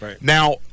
Now